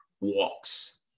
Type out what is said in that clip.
walks